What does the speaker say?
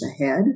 ahead